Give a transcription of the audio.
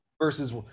versus